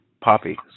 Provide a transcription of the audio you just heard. Poppy